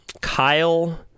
Kyle